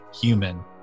Human